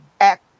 act